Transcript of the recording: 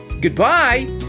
Goodbye